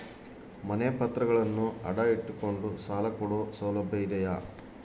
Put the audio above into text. ಮನೆ ಪತ್ರಗಳನ್ನು ಅಡ ಇಟ್ಟು ಕೊಂಡು ಸಾಲ ಕೊಡೋ ಸೌಲಭ್ಯ ಇದಿಯಾ?